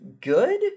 good